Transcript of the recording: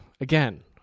Again